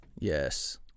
Yes